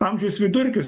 amžiaus vidurkius